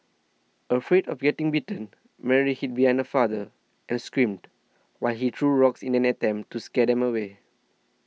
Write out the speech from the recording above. afraid of getting bitten Mary hid behind her father and screamed while he threw rocks in an attempt to scare them away